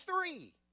three